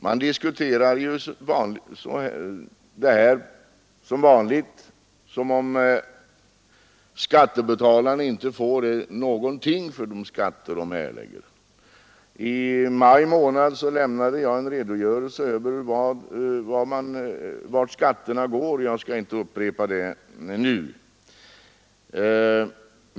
Som vanligt diskuterar man detta som om skattebetalarna inte får någonting för de skatter de erlägger. I maj lämnade jag en redogörelse över vart skatterna går, och jag skall inte upprepa det nu.